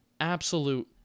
absolute